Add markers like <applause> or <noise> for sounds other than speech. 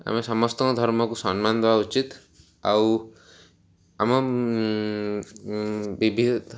ଆମେ ସମସ୍ତଙ୍କ ଧର୍ମକୁ ସମ୍ମାନ ଦେବା ଉଚିତ୍ ଆଉ ଆମ <unintelligible>